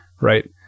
right